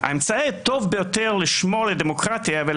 האמצעי הטוב ביותר לשמור על הדמוקרטיה ועל